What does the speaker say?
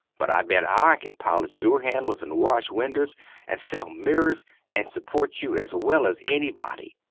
but i bet i can polish dore handels and wash winders and sell mirrors and suport you as well as enny body.